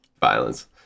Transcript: violence